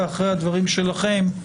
אחרי הדברים שלכם,